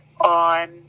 on